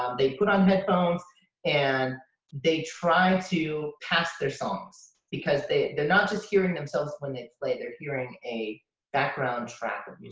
um they put on headphones and they try to pass their songs. because they're not just hearing themselves when they play, they're hearing a background track of